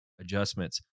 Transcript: adjustments